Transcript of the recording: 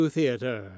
Theater